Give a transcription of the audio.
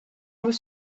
mot